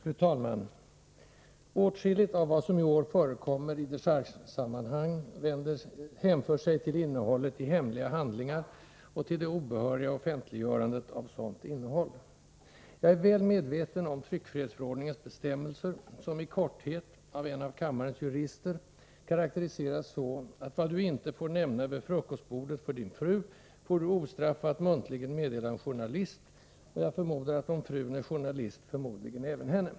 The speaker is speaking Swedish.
Fru talman! Åtskilligt av vad som i år förekommer i dechargesammanhang hänför sig till innehållet i hemliga handlingar och till det obehöriga offentliggörandet av sådant innehåll. Jag är väl medveten om tryckfrihetsförordningens bestämmelser, som i korthet av en av kammarens jurister karakteriserats så att vad du inte får nämna för din fru vid frukostbordet får du ostraffat muntligen meddela en journalist — och om frun är journalist förmodligen även henne.